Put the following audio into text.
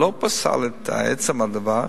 לא פסל את עצם הדבר.